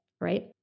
right